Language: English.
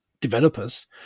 developers